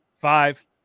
five